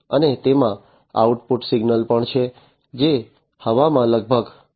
અને તેમાં output signal પણ છે જે હવામાં લગભગ 0